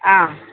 ஆ